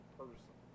person